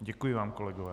Děkuji vám, kolegové.